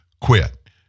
quit